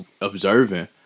observing